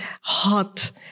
hot